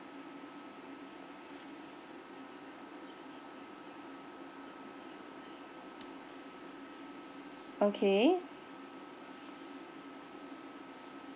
okay